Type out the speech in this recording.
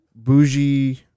Bougie